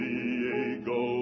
Diego